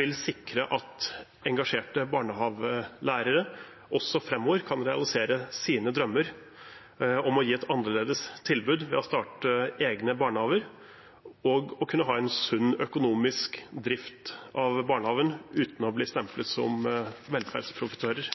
vil sikre at engasjerte barnehagelærere også framover kan realisere sine drømmer om å gi et annerledes tilbud ved å starte egne barnehager, og å kunne ha en sunn økonomisk drift av barnehagen uten å bli stemplet som velferdsprofitører.